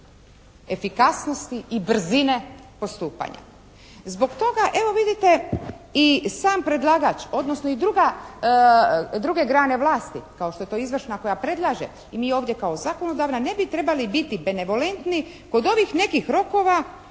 efikasnosti i brzine postupanja. Zbog toga evo vidite sam predlagač i druga, druge grane vlasti kao što je to izvršna koja predlaže i mi ovdje kao zakonodavna ne bi trebali biti benevolentni kod ovih nekih rokova